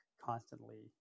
constantly